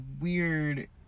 weird